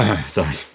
Sorry